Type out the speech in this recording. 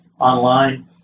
online